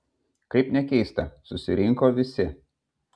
kaip nekeista susirinko visi